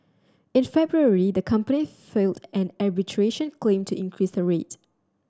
in February the company filed an arbitration claim to increase the rate